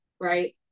right